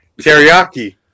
teriyaki